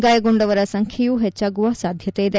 ಗಾಯಗೊಂಡವರ ಸಂಬ್ಯೆಯು ಹೆಚ್ಚಾಗುವ ಸಾಧ್ಯತೆಯಿದೆ